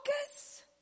focus